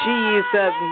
Jesus